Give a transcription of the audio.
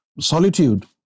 solitude